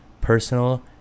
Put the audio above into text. personal